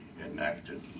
enacted